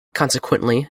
consequently